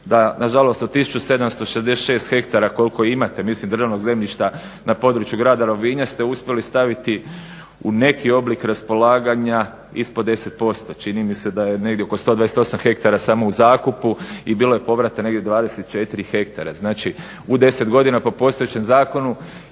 da nažalost od 1766 hektara koliko imate, mislim državnog zemljišta na području grada Rovinja, ste uspjeli staviti u neki oblik raspolaganja ispod 10%. Čini mi se da je negdje oko 128 hektara samo u zakupu i bilo je povrata negdje 24 hektara. Znači, u 10 godina po postojećem zakonu